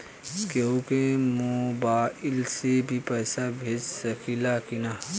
केहू के मोवाईल से भी पैसा भेज सकीला की ना?